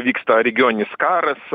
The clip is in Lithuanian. vyksta regioninis karas